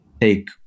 take